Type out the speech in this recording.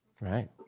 Right